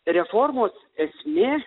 reformos esmė